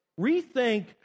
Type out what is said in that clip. Rethink